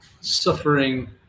suffering